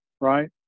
Right